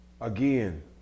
Again